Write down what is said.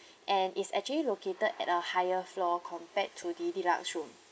and it's actually located at our higher floor compared to the deluxe room